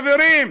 חברים,